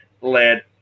led